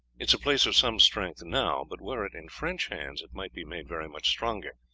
it is a place of some strength now but were it in french hands it might be made very much stronger,